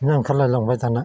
बिदिनो ओंखारलाय लांबाय दाना